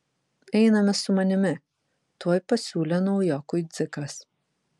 einame su manimi tuoj pasiūlė naujokui dzikas